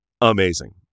amazing